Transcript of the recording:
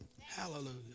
Hallelujah